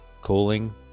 cooling